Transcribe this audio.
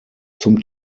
zum